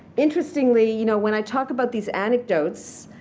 interestingly you know when i talk about these anecdotes,